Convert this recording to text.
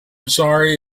sorry